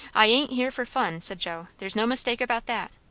i ain't here for fun, said joe there's no mistake about that.